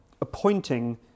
appointing